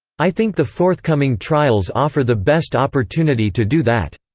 i think the forthcoming trials offer the best opportunity to do that.